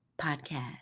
Podcast